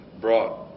brought